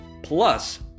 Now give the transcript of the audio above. plus